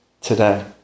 today